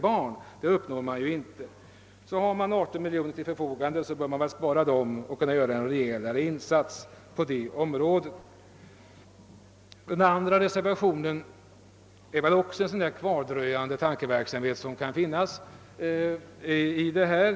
Har vi 18 miljoner kronor till förfogande, bör vi spara dem för att kunna göra en rejäl insats på detta område. Den andra reservationen, nr 2 vid statsutskottets utlåtande 101, uttrycker väl också en kvardröjande tankeverksamhet.